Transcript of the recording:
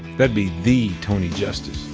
that'd be the tony justice.